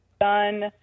done